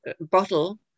bottle